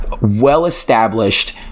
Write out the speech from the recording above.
well-established